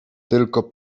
tylko